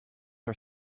are